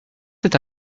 c’est